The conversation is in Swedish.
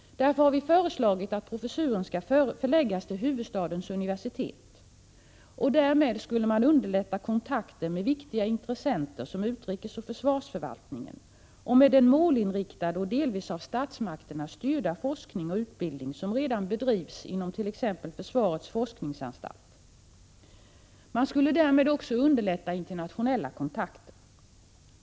Därför har vi föreslagit att professuren skall förläggas till huvudstadens universitet. Därmed skulle man underlätta kontakten med viktiga intressenter, såsom utrikesoch försvarsförvaltningen, och med den målinriktade och delvis av statsmakterna styrda forskning och utbildning som redan bedrivs inom t.ex. försvarets forskningsanstalt. Man skulle därmed också underlätta internationella kontakter.